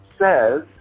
says